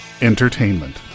entertainment